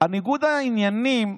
ניגוד העניינים,